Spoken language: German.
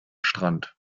strand